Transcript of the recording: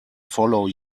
follow